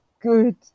good